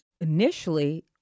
initially